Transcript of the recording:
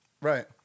Right